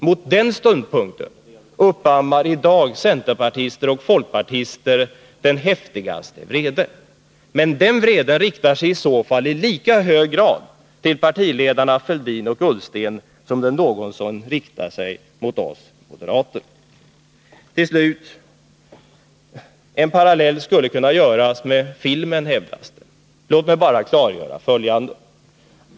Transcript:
Mot den ståndpunkten uppammar i dag centerpartister och folkpartister den häftigaste vrede, men den vreden riktar sig i så fall i lika hög grad mot partiledarna Fälldin och Ullsten som den någonsin riktar sig mot oss moderater. Till slut hävdas att en parallell skulle kunna göras med filmen. Låt mig bara klargöra följande.